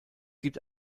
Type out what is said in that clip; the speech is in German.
gibt